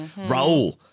Raul